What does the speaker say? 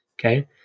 Okay